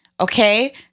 Okay